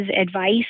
advice